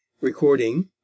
Recording